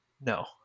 No